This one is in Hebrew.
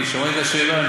אני שמעתי את השאלה.